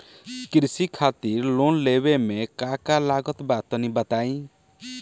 कृषि खातिर लोन लेवे मे का का लागत बा तनि बताईं?